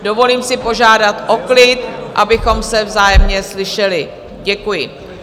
Dovolím si požádat o klid, abychom se vzájemně slyšeli, děkuji.